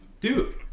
Dude